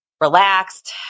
relaxed